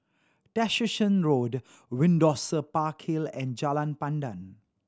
Tessensohn Road Windsor Park Hill and Jalan Pandan